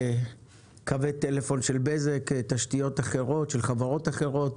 קווי טלפון של בזק תשתיות אחרות של חברות אחרות,